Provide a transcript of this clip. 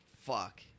Fuck